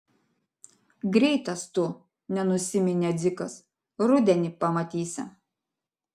greitas tu nenusiminė dzikas rudenį pamatysi